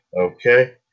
Okay